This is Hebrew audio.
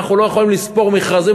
אנחנו לא יכולים לספור מכרזים,